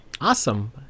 Awesome